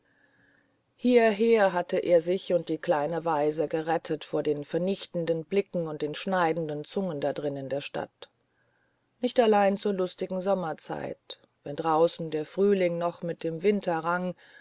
hierher hatte er sich und die kleine waise gerettet vor den vernichtenden blicken und der schneidenden zunge da drin in der stadt nicht allein zur lustigen sommerzeit wenn draußen der frühling noch mit dem winter